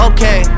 Okay